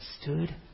stood